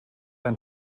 ein